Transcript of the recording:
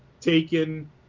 taken